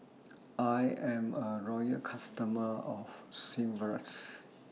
I'm A Loyal customer of Sigvaris